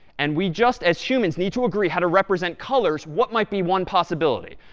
and we just as humans need to agree how to represent colors, what might be one possibility?